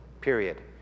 period